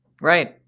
right